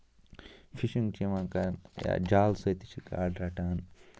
fishing چھِ یِوان کرنہٕ یا جال سۭتۍ تہِ چھِ گاڈ رَٹان